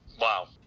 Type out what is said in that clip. Wow